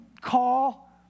call